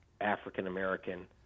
african-american